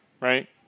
right